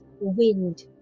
wind